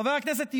חבר הכנסת יברקן,